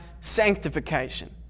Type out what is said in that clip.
sanctification